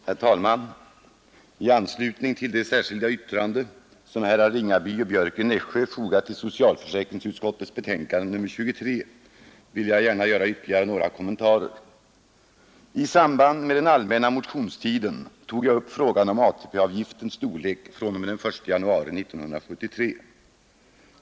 Herr talman! I anslutning till det särskilda yttrande som herrar Ringaby och Björck i Nässjö fogat till socialförsäkringsutskottets betänkande nr 23 vill jag gärna göra några ytterligare kommentarer. I samband med den allmänna motionstiden tog jag upp frågan om ATP-avgiftens storlek fr.o.m. den 1 januari 1973.